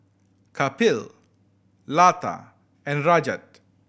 Kapil Lata and Rajat